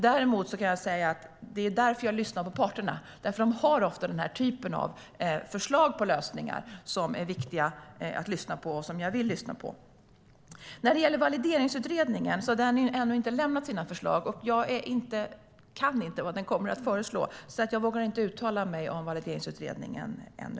Däremot kan jag säga: Det är därför jag lyssnar på parterna. De har ofta den här typen av förslag på lösningar som är viktiga att lyssna på och som jag vill lyssna på. Valideringsutredningen har ännu inte lämnat sina förslag. Jag känner inte till vad den kommer att föreslå, så jag vågar inte uttala mig om Valideringsutredningen ännu.